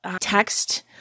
text